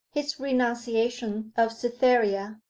his renunciation of cytherea,